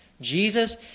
Jesus